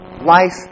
life